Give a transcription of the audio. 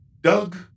Doug